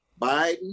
Biden